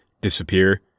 disappear